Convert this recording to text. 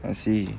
I see